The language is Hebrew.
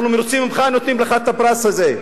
אנחנו מרוצים ממך ונותנים לך את הפרס הזה,